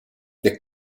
the